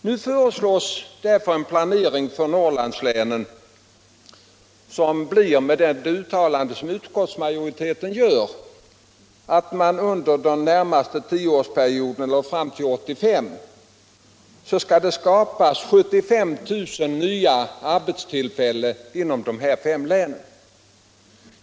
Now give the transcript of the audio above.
Nu föreslår utskottsmajoriteten därför en planering för Norrlandslänen som innebär att det under den närmaste tioårsperioden fram till 1985 skall skapas 75 000 nya arbetstillfällen inom dessa fem län.